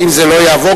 אם זה לא יעבור,